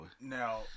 Now